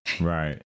right